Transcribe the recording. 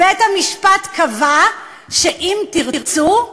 בית-המשפט קבע ש"אם תרצו",